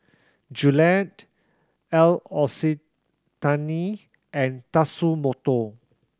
Gillette L'Occitane and Tatsumoto